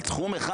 על תחום אחד.